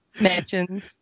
mansions